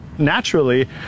naturally